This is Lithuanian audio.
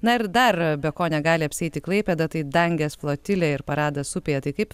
na ir dar be ko negali apsieiti klaipėda tai dangės flotilė ir paradas upėje tai kaip